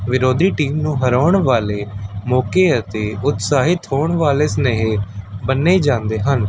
ਵਿਰੋਧੀ ਟੀਮ ਨੂੰ ਹਰਾਉਣ ਵਾਲੇ ਮੌਕੇ ਅਤੇ ਉਤਸਾਹਿਤ ਹੋਣ ਵਾਲੇ ਮੰਨੇ ਜਾਂਦੇ ਹਨ